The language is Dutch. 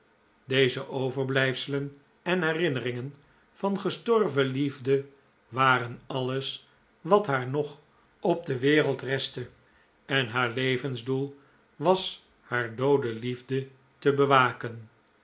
deze overblijfselen en herinneringen van gestorven liefde waren alles wat haar nog op de wereld restte en haar levensdoel was haar doode liefde te bewaken